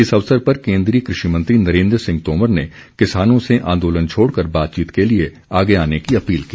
इस अवसर पर केन्द्रीय कृषि मंत्री नरेन्द्र सिंह तोमर ने किसानों से आंदोलन छोड़कर बातचीत के लिए आगे आने की अपील की